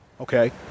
okay